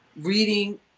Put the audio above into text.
reading